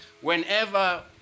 Whenever